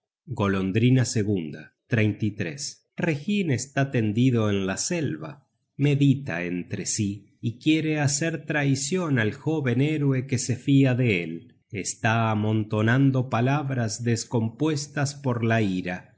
golondrina segunda reginn está tendido en la selva medita entre sí y quiere hacer traicion al jóven héroe que se fia de él está amontonando palabras descompuestas por la ira